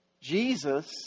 Jesus